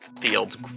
fields